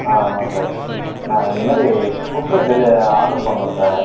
ஆ ஆமாம் சார் நாங்கள் இந்த மாதிரி ஃபுட்டு டெ ஆர்டர் பண்ணோம் சார்